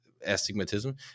astigmatism